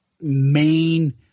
main